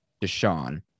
Deshaun